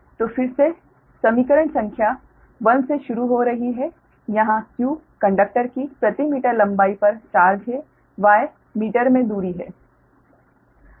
तो फिर से समीकरण संख्या 1 से शुरू हो रही है जहां q कंडक्टर की प्रति मीटर लंबाई पर चार्ज है y मीटर में दूरी है